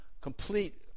complete